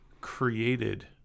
created